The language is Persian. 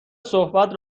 صحبت